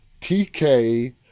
TK